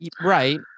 Right